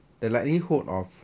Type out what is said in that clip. the likelihood of